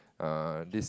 err this